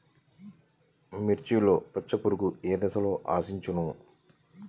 మిర్చిలో పచ్చ పురుగు ఏ దశలో ఆశించును?